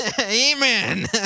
amen